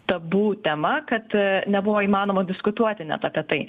tabu tema kad nebuvo įmanoma diskutuoti net apie tai